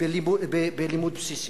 בלימוד בסיסי.